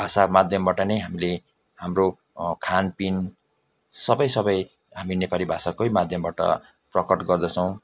भाषा माध्यमबाट नै हामीले हाम्रो खानपिन सबैसबै हामी नेपाली भाषाकै माध्यमबाट प्रकट गर्दछौँ